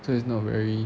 so it's not very